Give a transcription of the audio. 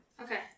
Okay